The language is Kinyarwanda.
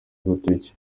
agatoki